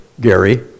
Gary